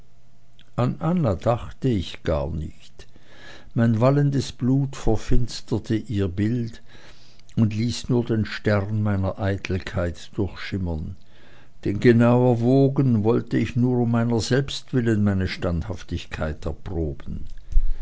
an anna dachte ich gar nicht mein wallendes blut verfinsterte ihr bild und ließ nur den stern meiner eitelkeit durchschimmern denn genau erwogen wollte ich nur um meiner selbst willen meine standhaftigkeit erproben